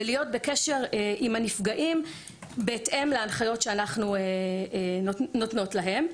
ולהיות בקשר עם הנפגעים בהתאם להנחיות שאנחנו נותנות להן.